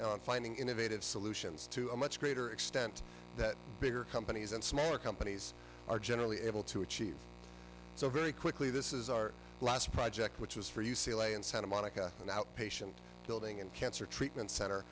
design finding innovative solutions to a much greater extent that bigger companies and smaller companies are generally able to achieve so very quickly this is our last project which is for u c l a and santa monica and outpatient building and cancer treatment cent